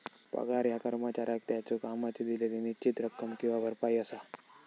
पगार ह्या कर्मचाऱ्याक त्याच्यो कामाची दिलेली निश्चित रक्कम किंवा भरपाई असा